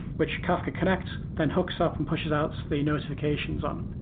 which kafka connect then hooks up and pushes out so the notifications on.